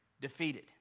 defeated